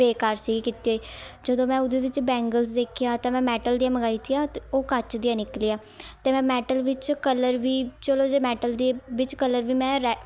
ਬੇਕਾਰ ਸੀ ਕੀਤੀ ਹੋਈ ਜਦੋਂ ਮੈਂ ਉਹਦੇ ਵਿੱਚ ਬੈਂਗਲਸ ਦੇਖੀਆਂ ਤਾਂ ਮੈਂ ਮੈਟਲ ਦੀਆਂ ਮੰਗਵਾਈ ਥੀਆਂ ਅਤੇ ਉਹ ਕੱਚ ਦੀਆਂ ਨਿਕਲੀਆਂ ਅਤੇ ਮੈਂ ਮੈਟਲ ਵਿੱਚ ਕਲਰ ਵੀ ਚਲੋ ਜੇ ਮੈਟਲ ਦੇ ਵਿੱਚ ਕਲਰ ਵੀ ਮੈਂ ਰੈ